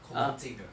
confirm 进的